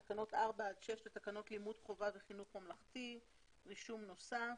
תקנות 4 עד 6 לתקנות לימוד חובה וחינוך ממלכתי (רישום נוסף),